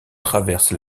traverse